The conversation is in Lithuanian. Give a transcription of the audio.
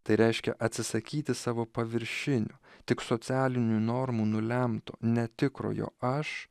tai reiškia atsisakyti savo paviršinių tik socialinių normų nulemto netikrojo aš